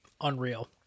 unreal